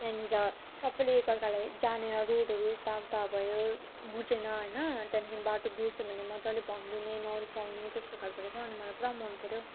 त्यहाँनिर सबैले एक अर्कालाई जानेर रोडहरू यताउता भयो बुझेन होइन त्यहाँदेखि बाटो बिर्स्यो भने मज्जाले भनिदिने नरिसाउने त्यस्तो खालके रहेछ अनि मलाई पुरा मनपर्यो